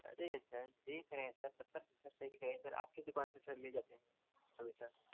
अरे सर देख रहे हैं सर आपके दुकान से ले जाते हैं हमेशा